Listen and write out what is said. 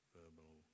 verbal